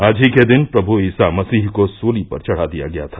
आज ही के दिन प्रमु ईसा मसीह को सूली पर चढ़ा दिया गया था